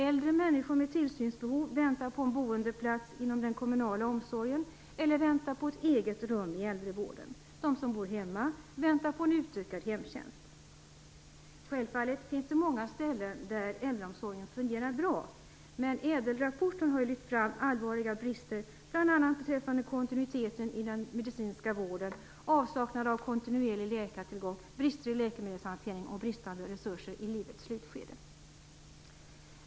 Äldre människor med tillsynsbehov väntar på en boendeplats inom den kommunala omsorgen eller väntar på ett eget rum i äldrevården. De som bor hemma väntar på en utökad hemtjänst. Självfallet finns det många ställen där äldreomsorgen fungerar bra, men ÄDEL-rapporten har lyft fram allvarliga brister, bl.a. beträffande kontinuiteten i den medicinska vården, avsaknad av kontinuerlig läkartillgång, brister i läkemedelshanteringen och bristande resurser i livets slutskede.